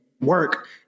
work